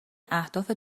اهداف